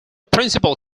principal